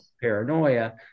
paranoia